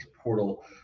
portal